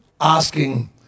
asking